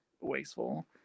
wasteful